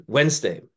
Wednesday